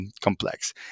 complex